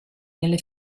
nelle